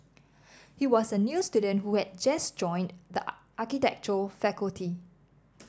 he was a new student who had just joined the architecture faculty